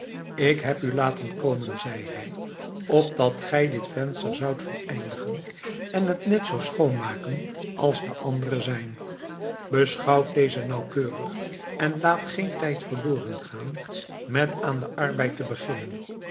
ik heb u laten komen zei hij opdat gij dit venster zoudt voleindigen en het net zoo schoon maken als de andere zijn beschouwt deze nauwkeurig en laat geen tijd verloren gaan met aan den arbeid te beginnen